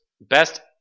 best